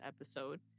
episode